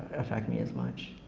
affect me as much.